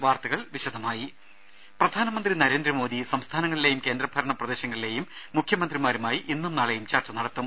വാർത്തകൾ വിശദമായി പ്രധാനമന്ത്രി നരേന്ദ്രമോദി സംസ്ഥാനങ്ങളിലേയും കേന്ദ്രഭരണ പ്രദേശങ്ങളിലേയും മുഖ്യമന്ത്രിമാരുമായി ഇന്നും നാളെയും ചർച്ച നടത്തും